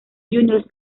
juniors